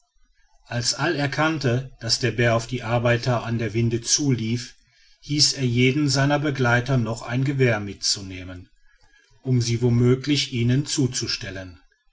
als all erkannte daß der bär auf die arbeiter an der winde zulief hieß er jeden seiner begleiter noch ein gewehr mitnehmen um sie womöglich ihnen zuzustellen